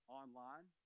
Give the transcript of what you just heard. online